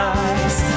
eyes